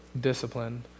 discipline